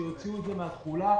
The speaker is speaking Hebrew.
שהוציאו את זה מהתחולה,